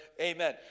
Amen